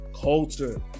culture